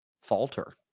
falter